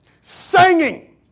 singing